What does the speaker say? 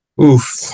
Oof